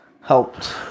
helped